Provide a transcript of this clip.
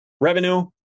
revenue